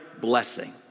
blessing